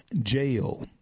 jail